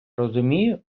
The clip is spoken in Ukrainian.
розумію